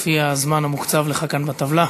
לפי הזמן המוקצב לך כאן בטבלה.